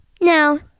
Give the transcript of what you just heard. No